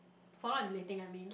for not relating I mean